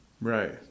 Right